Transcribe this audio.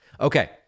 Okay